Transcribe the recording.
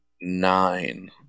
nine